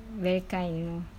very kind and all